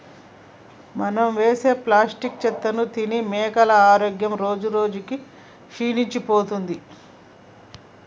మనం వేసే ప్లాస్టిక్ చెత్తను తిని మేకల ఆరోగ్యం రోజురోజుకి క్షీణించిపోతుంది